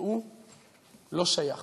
שהוא לא שייך